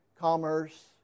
commerce